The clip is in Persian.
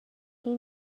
این